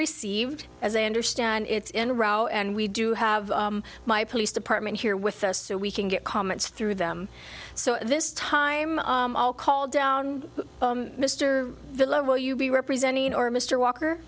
received as i understand it's in a row and we do have my police department here with us so we can get comments through them so this time i'll call down mr the will you be representing or mr walker